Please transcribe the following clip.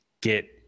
get